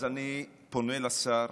אז אני פונה לשר